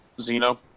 Xeno